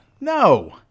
No